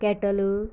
kettle